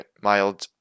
mild